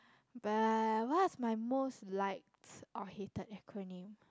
but what's my most likes or hated acronym